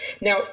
Now